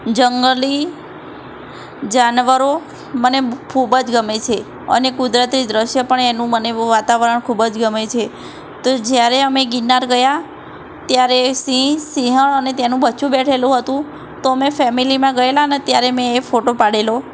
જંગલી જાનવરો મને ખૂબ જ ગમે છે અને કુદરતી દૃશ્ય પણ એનું મને વાતાવરણ ખૂબ જ ગમે છે તો જ્યારે અમે ગિરનાર ગયા ત્યારે સિંહ સિંહણ અને તેનું બચ્ચું બેઠેલું હતું તો અમે ફેમેલિમાં ગએલાને ત્યારે મેં એ ફોટો પાડેલો